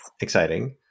Exciting